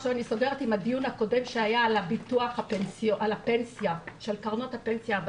עכשיו אני סוגרת עם הדיון הקודם על הפנסיה של קרנות הפנסיה הוותיקות.